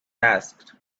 asked